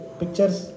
pictures